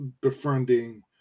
befriending